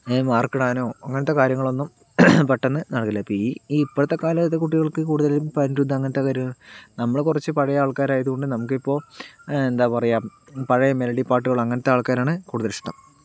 അങ്ങനെ മാർക്കിടാനോ അങ്ങനത്തെ കാര്യങ്ങളൊന്നും പെട്ടന്ന് നടക്കില്ല ഈ ഇപ്പോഴത്തെ കാലത്ത് കുട്ടികൾക്ക് കൂടുതലും അനിരുദ്ധ് അങ്ങനത്തവർ നമ്മൾ കുറച്ച് പഴയ ആൾക്കാരായതു കൊണ്ട് നമുക്കിപ്പോൾ എന്താ പറയുക പഴയ മെലഡി പാട്ടുകൾ അങ്ങനത്തെ ആൾക്കാരാണ് കൂടുതലിഷ്ടം